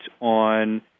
on